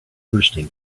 bursting